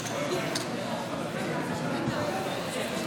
שניים ושניים.